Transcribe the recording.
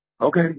Okay